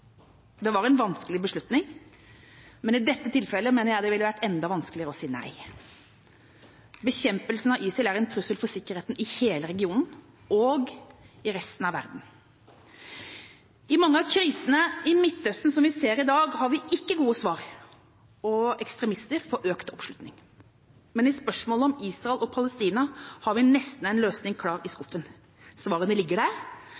Det var en vanskelig beslutning, men i dette tilfellet mener jeg det ville vært enda vanskeligere å si nei. ISIL er en trussel for sikkerheten i hele regionen og i resten av verden. I mange av krisene i Midtøsten som vi ser i dag, har vi ikke gode svar, og ekstremister får økt oppslutning. Men i spørsmålet om Israel og Palestina har vi nesten en løsning klar i skuffen. Svarene ligger der.